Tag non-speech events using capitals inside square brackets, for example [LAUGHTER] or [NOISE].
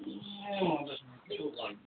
[UNINTELLIGIBLE]